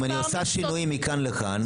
אם היא עושה שינויים מכאן לכאן,